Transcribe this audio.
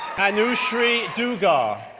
and anushree dugar,